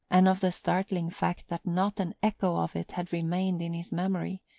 and of the startling fact that not an echo of it had remained in his memory.